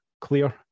clear